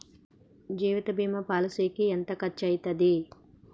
జీవిత బీమా పాలసీకి ఎంత ఖర్చయితది?